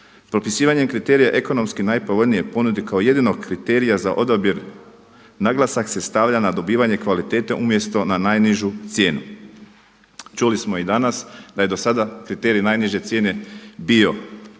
Propisivanjem kriterija ekonomski najpovoljnije ponude kao jedinog kriterija za odabir naglasak se stavlja na dobivanje kvalitete umjesto na najnižu cijenu. Čuli smo i danas da je do sada kriterij najniže cijene bio